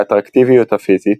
האטרקטיביות הפיזית,